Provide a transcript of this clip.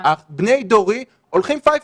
בני דורי הולכים פייפן.